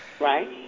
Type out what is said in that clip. Right